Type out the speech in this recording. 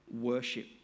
Worship